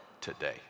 today